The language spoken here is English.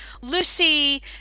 Lucy